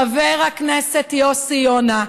חבר הכנסת יוסי יונה,